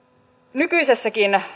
nykyisessäkin